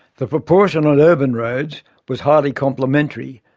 the proportion on urban roads was highly complementary,